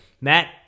Matt